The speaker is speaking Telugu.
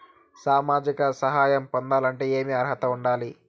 సామాజిక సహాయం పొందాలంటే ఏమి అర్హత ఉండాలి?